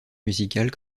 musicale